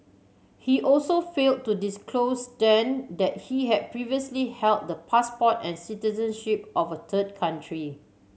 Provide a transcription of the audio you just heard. he also failed to disclose then that he had previously held the passport and citizenship of a third country